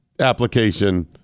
application